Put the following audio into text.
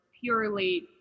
purely